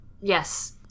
Yes